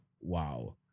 Wow